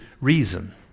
reason